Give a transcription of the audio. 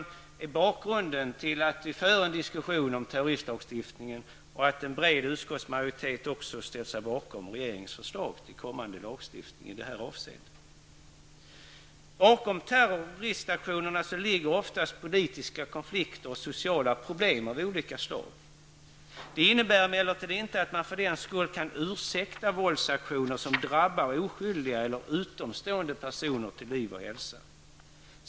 Detta är bakgrunden till att vi för en diskussion om terroristlagstiftningen och att en bred utskottsmajoritet också har ställt sig bakom regeringens förslag till kommande lagstiftning i detta avseende. Bakom terroristaktionerna ligger oftast politiska konflikter och sociala problem av olika slag. Det innebär emellertid inte att man för den skull kan ursäkta våldsaktioner som drabbar oskyldiga eller utomstående personer till liv och hälsa.